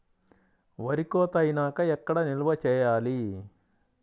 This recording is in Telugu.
వరి కోత అయినాక ఎక్కడ నిల్వ చేయాలి?